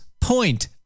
point